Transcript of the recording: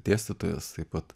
dėstytojas taip pat